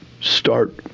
start